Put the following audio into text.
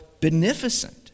beneficent